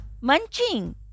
munching